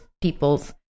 people's